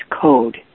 code